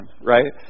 Right